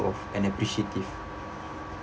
of and appreciative